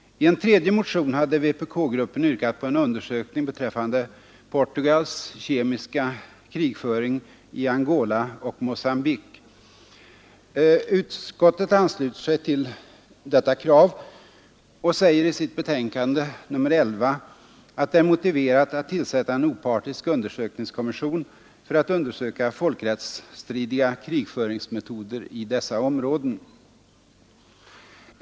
I en andra motion hade vpk-gruppen yrkat på en undersökning beträffande Portugals kemiska krigföring i Angola och Mogambique. Utskottet ansluter sig till detta krav och säger i betänkande nr 11 att det är motiverat att tillsätta en opartisk undersökningskommission för att undersöka folkrättsstridiga krigföringsmetoder i dessa områden.